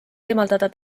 eemaldada